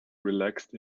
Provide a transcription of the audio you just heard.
relaxed